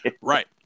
Right